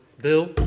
Bill